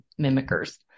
mimickers